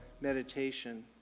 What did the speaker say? meditation